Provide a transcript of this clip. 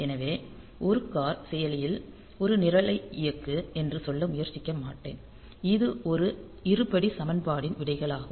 எனவே ஒரு கார் செயலியில் ஒரு நிரலை இயக்கு என்று சொல்ல முயற்சிக்க மாட்டேன் இது ஒரு இருபடி சமன்பாட்டின் விடைகளாகும்